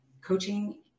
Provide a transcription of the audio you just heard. Coaching